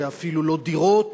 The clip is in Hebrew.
זה אפילו לא דירות,